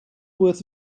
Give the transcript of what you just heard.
worth